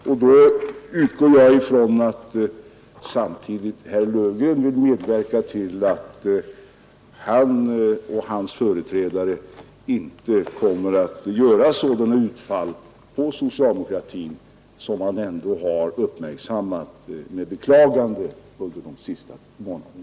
Då utgår jag samtidigt från att herr Löfgren vill medverka till att han och hans företrädare inte kommer att göra sådana utfall mot socialdemokratin som man ändå med beklagande har uppmärksammat under de senaste månaderna.